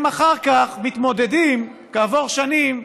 הם אחר כך מתמודדים, כעבור שנים,